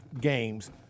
games